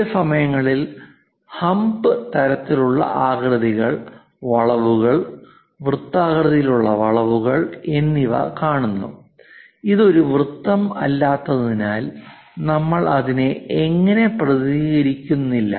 ചില സമയങ്ങളിൽ നമ്മൾ ഹമ്പ് തരത്തിലുള്ള ആകൃതികൾ വളവുകൾ വൃത്താകൃതിയിലുള്ള വളവുകൾ എന്നിവ കാണുന്നു ഇത് ഒരു വൃത്തം അല്ലാത്തതിനാൽ നമ്മൾ അതിനെ അങ്ങനെ പ്രതിനിധീകരിക്കുന്നില്ല